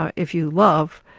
ah if you love,